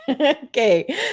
Okay